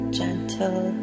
gentle